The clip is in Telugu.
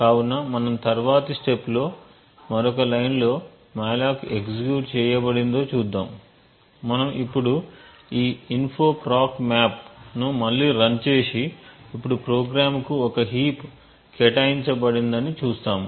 కాబట్టి మనం తర్వాతి స్టెప్ లో మరొక లైన్ లో మాలోక్ ఎగ్జిక్యూట్ చేయబడిందో చూద్దాం మనం ఇప్పుడు ఈ info proc map ను మళ్లీ రన్ చేసి ఇప్పుడు ప్రోగ్రామ్కు ఒక హీప్ కేటాయించబడిందని చూస్తాము